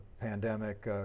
pandemic